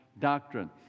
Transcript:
doctrine